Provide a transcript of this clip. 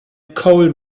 coal